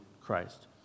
Christ